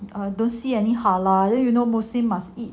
I don't see any halal you know muslim must eat